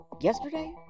yesterday